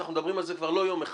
אנחנו מדברים על זה כבר לא יום אחד.